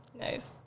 nice